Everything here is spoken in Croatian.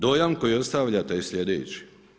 Dojam koji ostavljate je sljedeći.